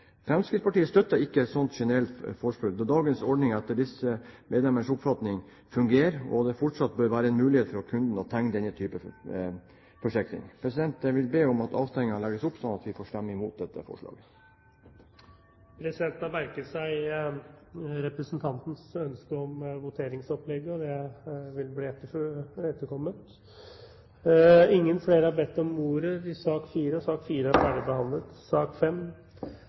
det fortsatt bør være en mulighet for kunden å tegne denne type forsikringer. Jeg vil be om at avstemningen legges opp slik at vi får anledning til å stemme imot dette forslaget. Presidenten har merket seg representantens ønske om voteringsopplegg, og det vil bli etterkommet. Flere har ikke bedt om ordet til sak nr. 4. Grunnen til at jeg tar ordet i denne saken, er